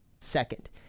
Second